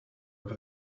over